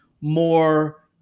more